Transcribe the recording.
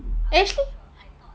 eh actually